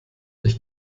ich